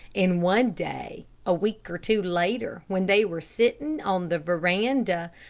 and one day, a week or two later, when they were sitting on the veranda,